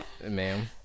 ma'am